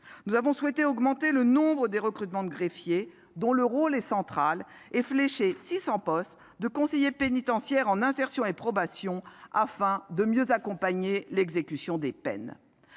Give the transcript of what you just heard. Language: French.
Nous avons souhaité augmenter l'ampleur des recrutements de greffiers, dont le rôle est central, et flécher 600 postes de conseiller pénitentiaire d'insertion et de probation (CPIP) afin de mieux accompagner l'exécution des peines.